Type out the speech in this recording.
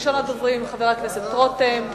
ראשון הדוברים, חבר הכנסת רותם.